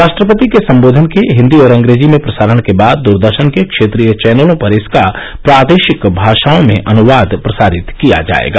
राष्ट्रपति के सम्बोधन के हिन्दी और अंग्रेजी में प्रसारण के बाद दूरदर्शन के क्षेत्रीय चैनलों पर इसका प्रादेशिक भाषाओं में अनुवाद प्रसारित किया जाएगा